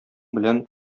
белән